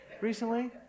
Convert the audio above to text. recently